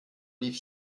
lief